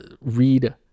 read